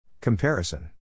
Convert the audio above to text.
Comparison